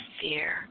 fear